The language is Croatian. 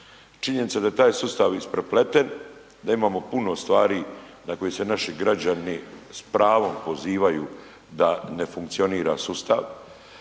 Činjenica je da je taj sustav isprepleten, da imamo puno stvari na koje se naši građani s pravom pozivaju da ne funkcionira sustav,